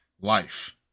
life